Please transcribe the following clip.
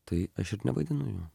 tai aš ir nevaidinu